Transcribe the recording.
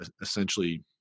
essentially